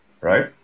right